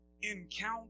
encounter